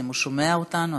אם הוא שומע אותנו,